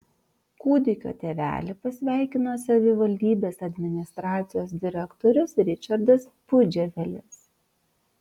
kūdikio tėvelį pasveikino savivaldybės administracijos direktorius ričardas pudževelis